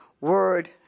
word